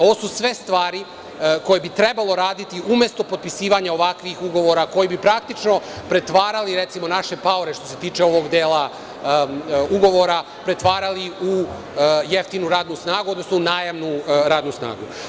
Ovo su sve stvari koje bi trebalo raditi, umesto potpisivanja ovakvih ugovora koji bi praktično pretvarali naše paore, recimo, što se tiče ovog dela ugovora, u jeftinu radnu snagu, odnosno u najamnu radnu snagu.